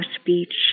speech